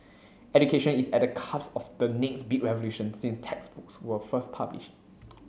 education is at the cusp of the next big revolution since textbooks were first published